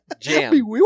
Jam